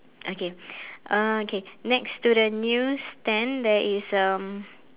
okay uh okay next to the news stand then there is um